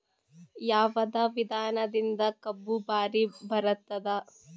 ಯಾವದ ವಿಧಾನದಿಂದ ಕಬ್ಬು ಭಾರಿ ಬರತ್ತಾದ?